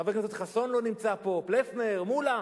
חבר הכנסת חסון, לא נמצא פה, פלסנר, מולה.